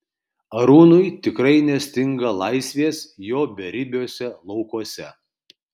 arūnui tikrai nestinga laisvės jo beribiuose laukuose